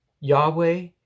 Yahweh